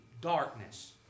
Darkness